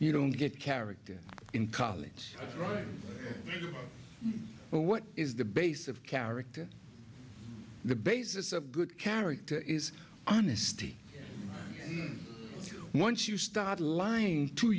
you don't get character in college right but what is the basis of character the basis of good character is honesty and once you start lying to